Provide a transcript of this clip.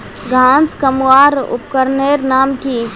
घांस कमवार उपकरनेर नाम की?